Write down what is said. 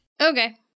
Okay